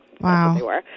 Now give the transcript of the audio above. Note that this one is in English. Wow